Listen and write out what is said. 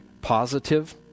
positive